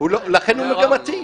לכן הוא מגמתי.